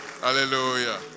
Hallelujah